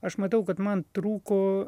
aš matau kad man trūko